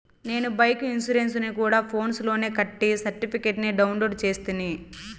నేను బైకు ఇన్సూరెన్సుని గూడా ఫోన్స్ లోనే కట్టి సర్టిఫికేట్ ని డౌన్లోడు చేస్తిని